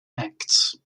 acts